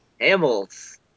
Hamels